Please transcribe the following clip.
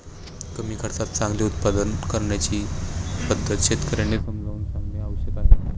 कमी खर्चात चांगले उत्पादन करण्याची पद्धत शेतकर्यांना समजावून सांगणे आवश्यक आहे